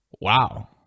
wow